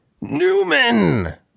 Newman